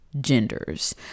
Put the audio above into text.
genders